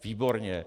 Výborně!